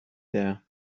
there